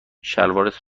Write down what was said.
شلوارت